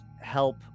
help